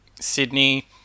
Sydney